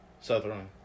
Southern